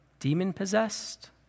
demon-possessed